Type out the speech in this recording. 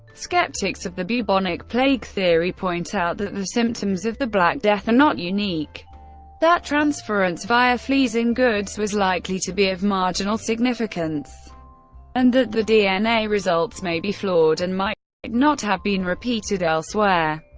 sceptics of the bubonic plague theory point out that the symptoms of the black death are not unique that transference via fleas in goods was likely to be of marginal significance and that the dna results may be flawed and might not have been repeated elsewhere,